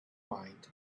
mind